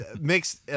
mixed